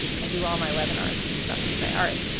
i do all my webinars and stuff this way. all right,